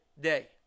Day